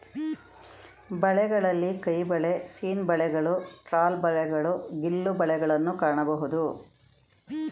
ಬಲೆಗಳಲ್ಲಿ ಕೈಬಲೆ, ಸೀನ್ ಬಲೆಗಳು, ಟ್ರಾಲ್ ಬಲೆಗಳು, ಗಿಲ್ಲು ಬಲೆಗಳನ್ನು ಕಾಣಬೋದು